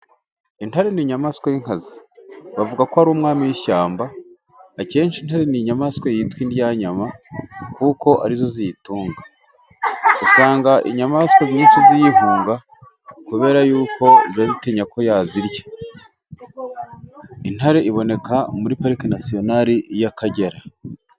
Intare ni ininyamaswa y'inkazi bavuga ko ari umwami w'ishyamba, akenshi intare ni inyamaswa yitwa indyanyama, kuko ari zo ziyitunga usanga inyamaswa nyinshi ziyihunga, kubera yuko zazitinya ko yazirya intare ikaba muri parike nasiyonare y'akagera.